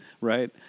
right